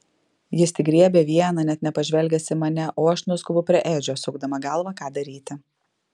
jis tik griebia vieną net nepažvelgęs į mane o aš nuskubu prie edžio sukdama galvą ką daryti